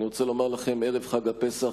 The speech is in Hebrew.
אני רוצה לומר לכם שערב חג הפסח,